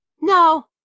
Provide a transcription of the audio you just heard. no